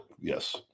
Yes